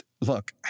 Look